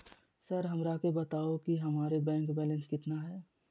Sir हमरा के बताओ कि हमारे बैंक बैलेंस कितना है?